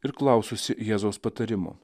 ir klaususį jėzaus patarimų